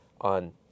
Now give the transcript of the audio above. on